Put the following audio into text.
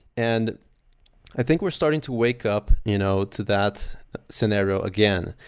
and i think we're starting to wake up you know to that scenario again,